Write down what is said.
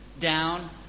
down